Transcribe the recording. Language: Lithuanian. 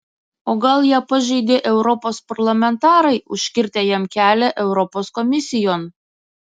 o gal ją pažeidė europos parlamentarai užkirtę jam kelią europos komisijon